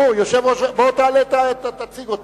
התש"ע 2010,